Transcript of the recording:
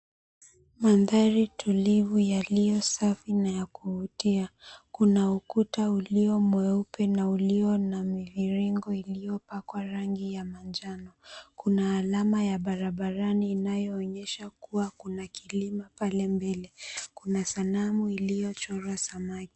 Mandhari tulivu ya yaliyosafi na kuvutia kuna ukuta iliyo mweupe na iliyo na miviringo iliyopakwa rangi ya manjano, kuna alama ya barabarani inayoonyesha kilima pale mbele, kuna sanamu iliyochorwa samaki.